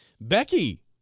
Becky